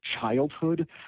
childhood